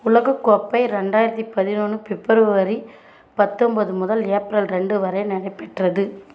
உலகக் கோப்பை ரெண்டாயிரத்தி பதினொன்று பிப்ரவரி பத்தொம்போது முதல் ஏப்ரல் ரெண்டு வரை நடைபெற்றது